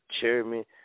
chairman